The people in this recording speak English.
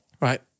right